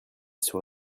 sur